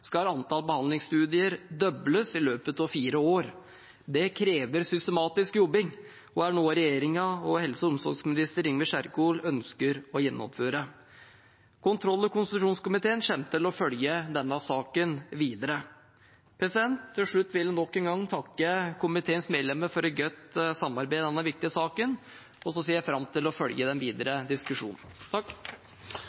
skal antall behandlingsstudier dobles i løpet av fire år. Det krever systematisk jobbing og er noe regjeringen og helse- og omsorgsminister Ingvild Kjerkol ønsker å gjennomføre. Kontroll- og konstitusjonskomiteen kommer til å følge denne saken videre. Til slutt vil jeg nok en gang takke komiteens medlemmer for et godt samarbeid i denne viktige saken, og jeg ser fram til å følge den videre